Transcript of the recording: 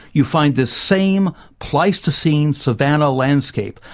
you find this same pleistocene savannah landscape,